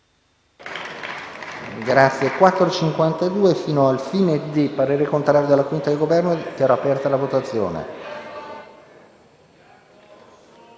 Grazie,